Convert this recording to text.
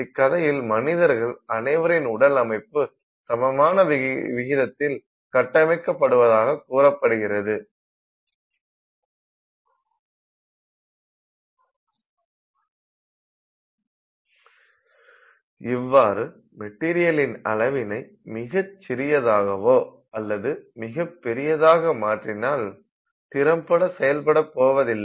இக்கதையில் மனிதர்கள் அனைவரின் உடல் அமைப்பு சமமான விகிதத்தில் கட்டமைக்கபடுவதாக கூறப்படுகிறது இவ்வாறு மெட்டீரியலின் அளவினை மிகச் சிறியதாகவோ அல்லது மிகப்பெரிதாக மாற்றினால் திறம்பட செயல்பட போவதில்லை